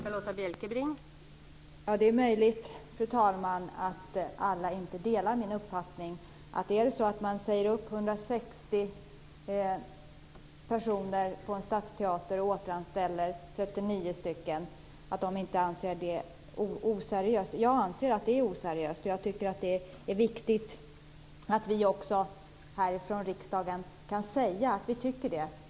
Fru talman! Det är möjligt att alla inte delar min uppfattning att det är oseriöst att man säger upp 60 personer på en stadsteater och återanställer 39 personer. Jag anser att det är oseriöst och att det är viktigt att vi också här från riksdagen kan säga att vi tycker det.